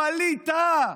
ווליד טאהא,